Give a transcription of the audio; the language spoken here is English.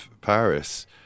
Paris